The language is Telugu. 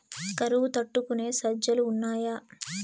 కరువు తట్టుకునే సజ్జలు ఉన్నాయా